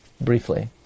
briefly